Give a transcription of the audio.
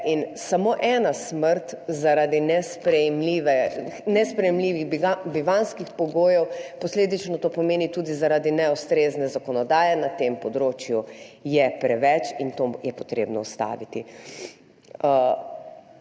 in samo ena smrt zaradi nesprejemljivih bivanjskih pogojev, posledično to pomeni tudi zaradi neustrezne zakonodaje na tem področju, je preveč in to je potrebno ustaviti.